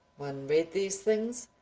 one read these things,